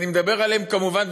אני מדבר עליהם כמובן,